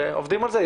ועובדים על זה.